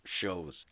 shows